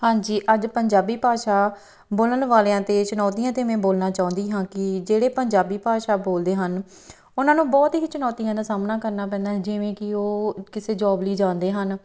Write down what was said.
ਹਾਂਜੀ ਅੱਜ ਪੰਜਾਬੀ ਭਾਸ਼ਾ ਬੋਲਣ ਵਾਲਿਆਂ 'ਤੇ ਚੁਣੌਤੀਆਂ 'ਤੇ ਮੈਂ ਬੋਲਣਾ ਚਾਹੁੰਦੀ ਹਾਂ ਕਿ ਜਿਹੜੇ ਪੰਜਾਬੀ ਭਾਸ਼ਾ ਬੋਲਦੇ ਹਨ ਉਹਨਾਂ ਨੂੰ ਬਹੁਤ ਹੀ ਚੁਣੌਤੀਆਂ ਦਾ ਸਾਹਮਣਾ ਕਰਨਾ ਪੈਂਦਾ ਹੈ ਜਿਵੇਂ ਕਿ ਉਹ ਕਿਸੇ ਜੋਬ ਲਈ ਜਾਂਦੇ ਹਨ